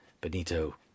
Benito